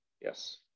Yes